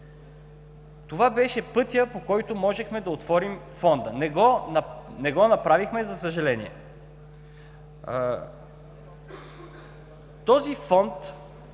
Това беше пътят, по който можехме да отворим Фонда. Не го направихме, за съжаление. Този Фонд